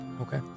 Okay